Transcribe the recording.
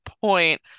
point